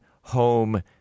home